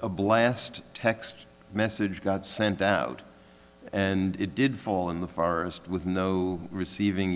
a blast text message got sent out and it did fall in the forest with no receiving